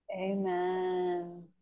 Amen